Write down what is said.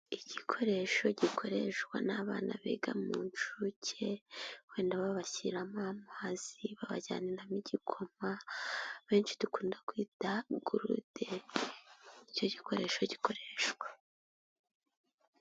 Igikoresho gikoreshwa n'abana biga mu nshuke, wenda babashyiramo ama amazi, babajyaniramo igikoma, benshi dukunda kwita gurude, icyo gikoresho gikoreshwa.